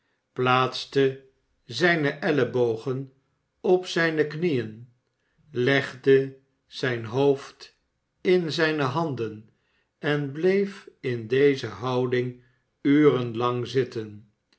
plaatste zijne ellebogen op zijne knieen legde zijn hoofd in zijne handen en bleef in deze houding uren lang zitten